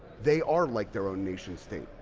they are like their own nation state.